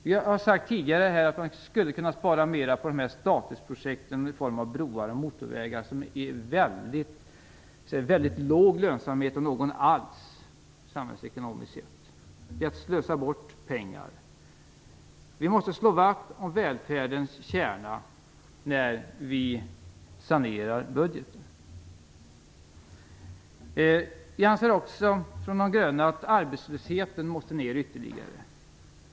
Vi har tidigare här sagt att man skulle kunna spara mera på de statusprojekt i form av broar och motorvägar som ger väldigt låg lönsamhet - om de nu ger någon lönsamhet alls, samhällsekonomiskt sett. Det är att slösa bort pengar. Vi måste slå vakt om välfärdens kärna när vi sanerar budgeten. Vi från de gröna anser också att arbetslösheten ytterligare måste ner.